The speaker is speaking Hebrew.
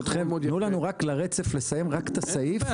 רק לרצף, לסיים את הסעיף.